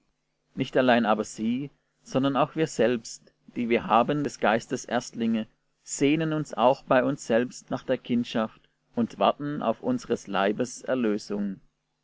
nicht allein aber sie sondern auch wir selbst die wir haben des geistes erstlinge sehnen uns auch bei uns selbst nach der kindschaft und warten auf unsers leibes erlösung